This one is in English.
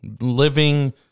living